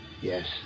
Yes